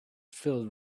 filled